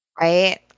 Right